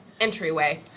entryway